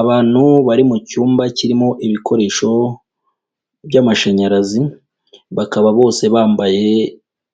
Abantu bari mucyumba kirimo ibikoresho by'amashanyarazi, bakaba bose bambaye